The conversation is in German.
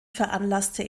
veranlasste